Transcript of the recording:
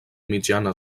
mitjana